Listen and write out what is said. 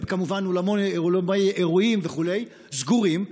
כמובן אולמות אירועים וכו' סגורים,